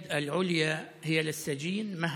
בשביתת רעב ידו של האסיר היא על העליונה, תהיה